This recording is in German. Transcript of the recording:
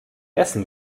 essen